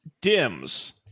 dims